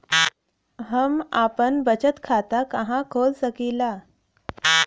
हम आपन बचत खाता कहा खोल सकीला?